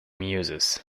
muses